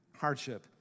hardship